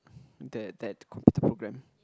the that computer program